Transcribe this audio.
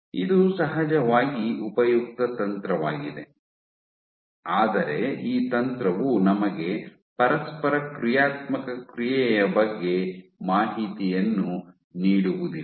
ಇದು ಸಹಜವಾಗಿ ಉಪಯುಕ್ತ ತಂತ್ರವಾಗಿದೆ ಆದರೆ ಈ ತಂತ್ರವು ನಮಗೆ ಪರಸ್ಪರ ಕ್ರಿಯಾತ್ಮಕ ಕ್ರಿಯೆಯ ಬಗ್ಗೆ ಮಾಹಿತಿಯನ್ನು ನೀಡುವುದಿಲ್ಲ